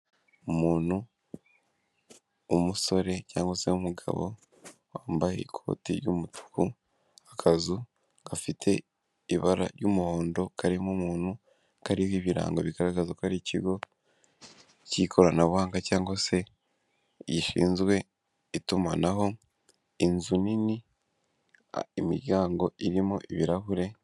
Umuntu umusore cyangwa se umugabo wambaye ikoti ry'umutuku, akazu gafite ibara ry'umuhondo karimo umuntu kariho ibirango bigaragaza ko ari ikigo cy'ikoranabuhanga cyangwa se gishinzwe itumanaho inzu nini imiryango irimo ibirahure.